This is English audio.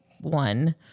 one